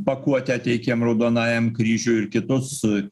pakuotę teikiam raudonajam kryžiui ir kitus